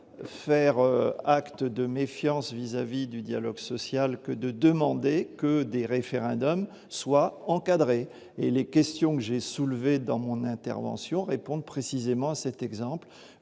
faire preuve de méfiance vis-à-vis du dialogue social que de demander que les référendums soient encadrés ; les points que j'ai soulevés dans mon intervention visaient précisément cet exemple.